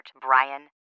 Brian